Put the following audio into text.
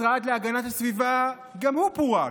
המשרד להגנת הסביבה גם הוא פורק,